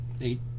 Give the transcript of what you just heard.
Eight